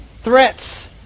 threats